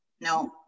No